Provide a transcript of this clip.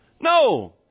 No